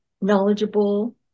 knowledgeable